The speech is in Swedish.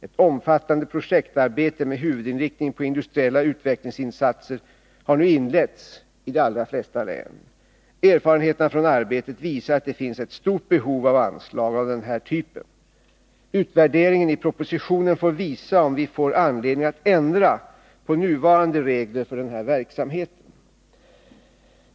Ett omfattande projektarbete med huvudinriktning på industriella utvecklingsinsatser har nu inletts i de allra flesta län. Erfarenheterna från arbetet visar att det finns ett stort behov av anslag av den här typen. Utvärderingen i propositionen får visa om vi får anledning att ändra på nuvarande regler för denna verksamhet.